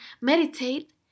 meditate